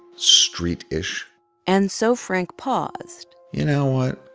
street-ish and so frank paused you know what?